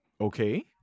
Okay